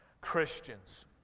Christians